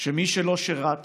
שמי שלא שירת